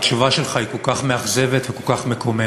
התשובה שלך היא כל כך מאכזבת וכל כך מקוממת.